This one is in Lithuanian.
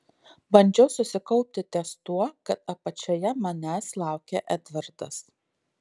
bandžiau susikaupti ties tuo kad apačioje manęs laukė edvardas